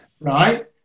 Right